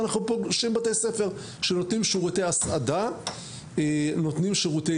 אנחנו פוגשים בתי ספר שנותנים שירותי הסעדה ונותני שירותי